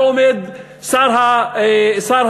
ועומד שר האוצר,